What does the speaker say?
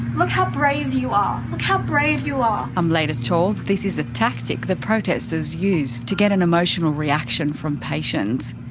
look how brave you are! look how brave you are! i'm later told this is a tactic the protesters use to get an emotional reaction from patients.